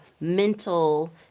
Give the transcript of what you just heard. mental